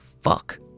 fuck